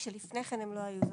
כאשר לפני כן הם לא היו בפנימייה.